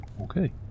Okay